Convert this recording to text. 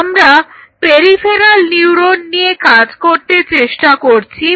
আমরা peripheral neuron নিয়ে কাজ করতে চেষ্টা করছি